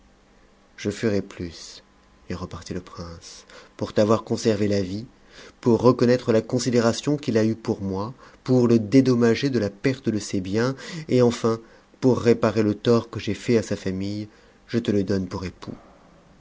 je ferai plus lui repartit le prince pour t'avoir conservé la vie pour reconnaître la considération qu'il a eue pour moi pour le dédommager de la perte de ses biens et enfin pour réparer le tort que j'ai fait à sa famille je te le donne pour époux